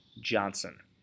Johnson